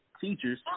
teachers